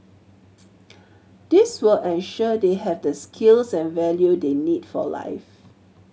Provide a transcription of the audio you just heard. this will ensure they have the skills and value they need for life